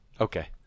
Okay